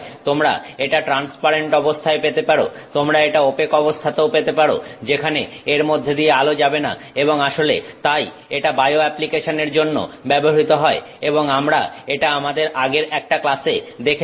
তোমরা এটা ট্রান্সপারেন্ট অবস্থায় পেতে পারো তোমরা এটা ওপেক অবস্থাতেও পেতে পারো যেখানে এর মধ্যে দিয়ে আলো যাবেনা এবং আসলে তাই এটা বায়ো অ্যাপ্লিকেশন এর জন্য ব্যবহৃত হয় এবং আমরা এটা আমাদের আগের একটা ক্লাসে দেখেছি